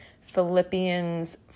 Philippians